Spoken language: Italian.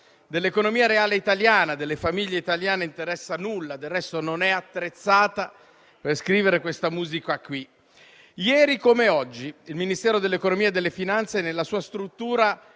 delle famiglie italiane, non interessa nulla; del resto non è attrezzata per scrivere questa musica qui. Ieri come oggi, il Ministero dell'economia e delle finanze nella sua struttura